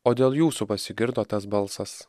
o dėl jūsų pasigirdo tas balsas